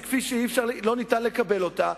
שלא ניתן לקבל אותה,